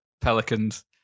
Pelicans